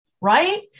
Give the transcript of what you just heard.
right